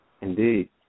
Indeed